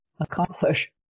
accomplish